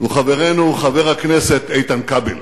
הוא חברנו חבר הכנסת איתן כבל.